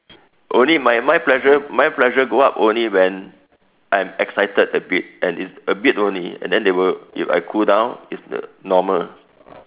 only my my pressure my pressure go up only when I'm excited a bit and it's a bit only and then they will if I cool down it's uh normal